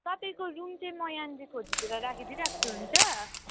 तपाईँको रुम चाहिँ म यहाँनिर खोजिदिएर राखिदिराख्छु हुन्छ